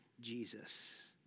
Jesus